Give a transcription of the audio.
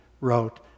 wrote